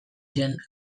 zen